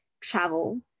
travel